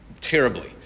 terribly